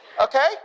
Okay